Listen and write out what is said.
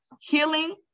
healing